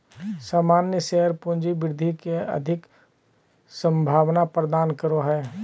सामान्य शेयर पूँजी वृद्धि के अधिक संभावना प्रदान करो हय